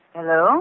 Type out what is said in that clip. Hello